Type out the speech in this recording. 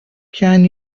can